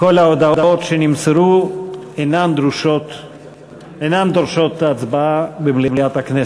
כל ההודעות שנמסרו אינן דורשות הצבעה במליאת הכנסת.